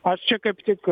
aš čia kaip tik